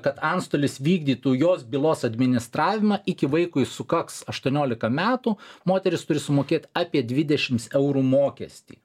kad antstolis vykdytų jos bylos administravimą iki vaikui sukaks aštuoniolika metų moteris turi sumokėt apie dvidešimts eurų mokestį